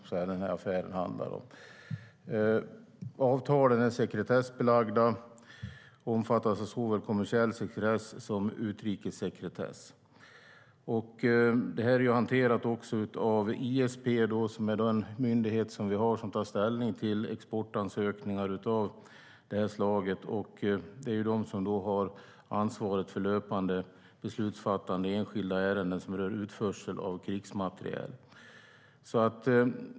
Avtalen är sekretessbelagda och omfattas av såväl kommersiell sekretess som utrikessekretess. Ärendet är också hanterat av ISP, som är den myndighet vi har som tar ställning till exportansökningar av det här slaget. De har ansvar för löpande beslutsfattande i enskilda ärenden som rör utförsel av krigsmateriel.